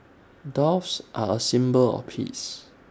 doves are A symbol of peace